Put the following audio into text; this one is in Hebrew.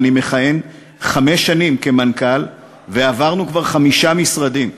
אני מכהן חמש שנים כמנכ"ל ועברנו כבר חמישה משרדים.